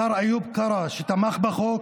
השר איוב קרא, שתמך בחוק,